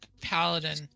paladin